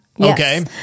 Okay